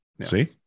see